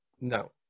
no